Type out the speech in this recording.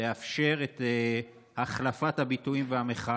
לאפשר את החלפת הביטויים והמחאה.